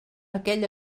aquella